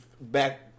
back